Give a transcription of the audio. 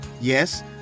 Yes